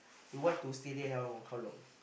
you want to stay there how long